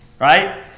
Right